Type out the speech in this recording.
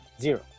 Zero